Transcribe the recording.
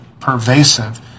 pervasive